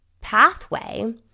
pathway